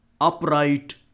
upright